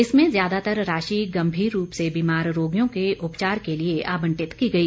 इसमें ज्यादातर राशि गंभीर रूप से बीमार रोगियों के उपचार के लिए आबंटित की गई